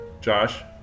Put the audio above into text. Josh